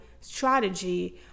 strategy